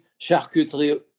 charcuterie